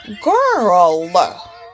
girl